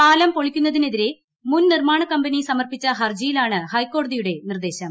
പാലം പൊളിക്കുന്നതിനെതിരെ മുൻ നിർമ്മാണ കമ്പനി സമർപ്പിച്ച ഹർജിയിലാണ് ഹൈക്കോടതിയുടെ നിർദ്ദേശം